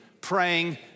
praying